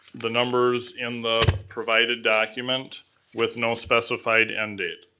the numbers in the provided document with no specified end date.